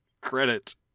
credit